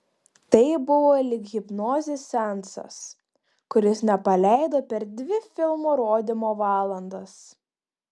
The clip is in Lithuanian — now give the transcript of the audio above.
tai buvo lyg hipnozės seansas kuris nepaleido per dvi filmo rodymo valandas